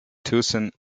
tucson